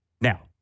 Now